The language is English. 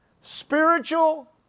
spiritual